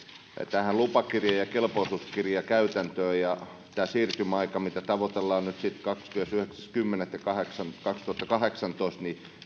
toimivien lupakirja ja ja kelpoisuuskirjakäytäntöön ja tämä siirtymäaika mitä tavoitellaan on nyt sitten kahdeskymmenesyhdeksäs kymmenettä kaksituhattakahdeksantoista